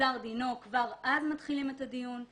שנגזר דינו של עבריין המין מתחילים את הדיון.